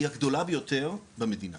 היא הגדולה ביותר במדינה